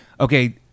Okay